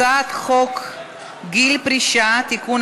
הצעת חוק גיל פרישה (תיקון,